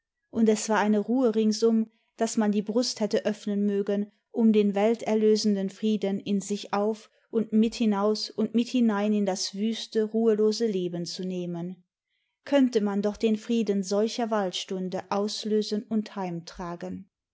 und es war eine ruhe ringsum daß man die brust hätte öffnen mögen um den welterlösenden frieden in sich auf und mit hinaus und mit hinein in das wüste ruhelose leben zu nehmen könnte man doch den frieden solcher waldstunde auslösen imd